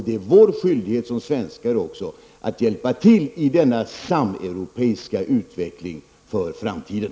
Det är vår skyldighet som svenskar att hjälpa till i denna sameuropeiska utveckling för framtiden.